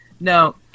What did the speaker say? No